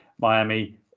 Miami